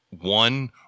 one